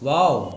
wow